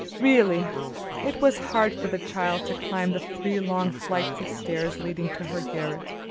really it was hard for the child to climb the three long flights of stairs leading to her garret.